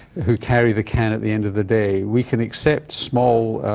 who carry the can at the end of the day. we can accept small